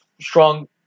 strong